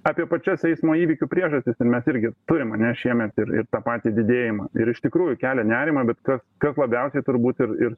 apie pačias eismo įvykių priežastis tai mes irgi turim ane šiemet ir ir tą patį didėjimą ir iš tikrųjų kelia nerimą bet ką kad labiausiai turbūt ir ir